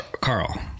carl